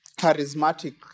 charismatic